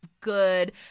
good